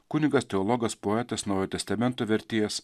kunigas teologas poetas naujojo testamento vertėjas